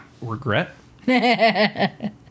Regret